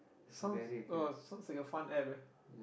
sounds uh sounds like a fun App eh